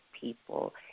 people